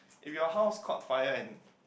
if your house caught fire and